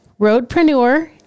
Roadpreneur